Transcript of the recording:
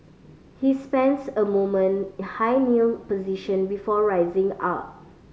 he spends a moment in high kneel position before rising up